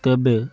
ତେବେ